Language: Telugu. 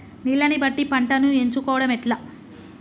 నీళ్లని బట్టి పంటను ఎంచుకోవడం ఎట్లా?